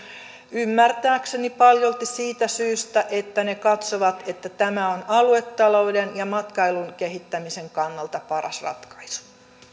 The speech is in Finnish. ymmärtääkseni paljolti siitä syystä että ne katsovat että tämä on aluetalouden ja matkailun kehittämisen kannalta paras ratkaisu